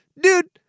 Dude